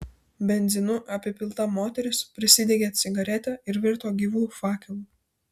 benzinu apipilta moteris prisidegė cigaretę ir virto gyvu fakelu